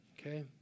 okay